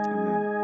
Amen